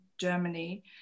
Germany